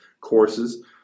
courses